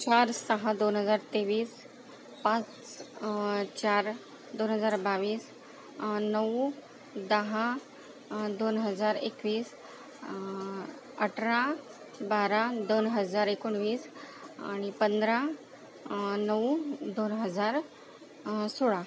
चार सहा दोन हजार तेवीस पाच चार दोन हजार बावीस नऊ दहा दोन हजार एकवीस अठरा बारा दोन हजार एकोणवीस आणि पंधरा नऊ दोन हजार सोळा